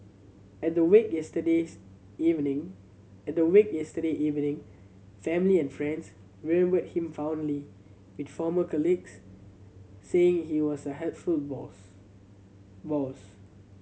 at the wake yesterdays evening at the wake yesterday evening family and friends remembered him fondly with former colleagues saying he was a helpful boss